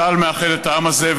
צה"ל מאחד את העם הזה,